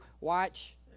watch